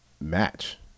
Match